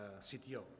CTO